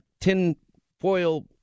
tinfoil